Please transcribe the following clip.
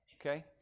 okay